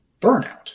burnout